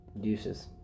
deuces